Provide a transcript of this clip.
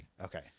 Okay